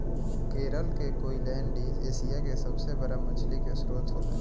केरल के कोईलैण्डी एशिया के सबसे बड़ा मछली के स्त्रोत होला